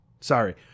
Sorry